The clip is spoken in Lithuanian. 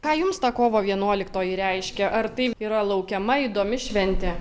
ką jums ta kovo vienuoliktoji reiškia ar tai yra laukiama įdomi šventė